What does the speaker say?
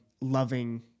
loving